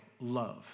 love